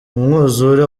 umwuzure